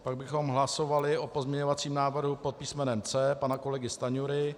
Pak bychom hlasovali o pozměňovacím návrhu pod písmenem C pana kolegy Stanjury.